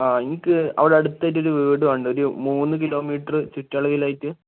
ആ എനിക്ക് അവിടെ അടുത്തായിട്ട് ഒരു വീട് വേണ്ട വരും ഒരു മൂന്ന് കിലോമീറ്റർ ചുറ്റളവിൽ ആയിട്ട്